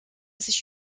sich